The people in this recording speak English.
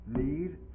need